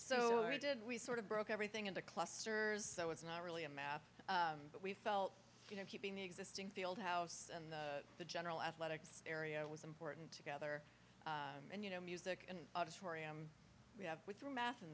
why did we sort of broke everything into clusters so it's not really a math but we felt you know keeping the existing fieldhouse and the general athletics area was important together and you know music and auditorium we have with